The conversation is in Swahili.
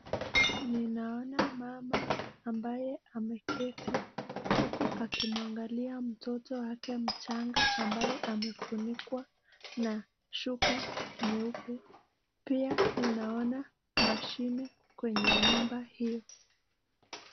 Ninaona mama ambaye ameketi uku akimwangalia mtoto wake mchanga ambaye amefunikwa na shuka nyeupe. Pia ninaona mashini kwenye nyumba hio.